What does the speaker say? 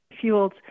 fuels